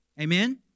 Amen